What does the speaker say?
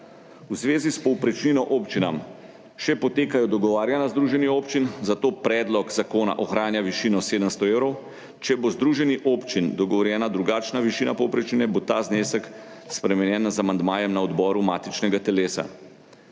V zvezi s povprečnino občinam še potekajo dogovarjanja z združenjem občin, zato predlog zakona ohranja višino 700 evrov. Če bo z Združenjem občin Slovenije dogovorjena drugačna višina povprečnine, bo ta znesek spremenjen z amandmajem na odboru matičnega telesa.